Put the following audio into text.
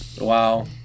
Wow